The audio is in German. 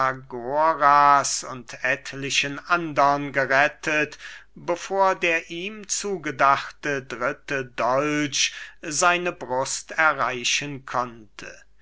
aristagoras und etlichen andern gerettet bevor der ihm zugedachte dritte dolch seine brust erreichen konnte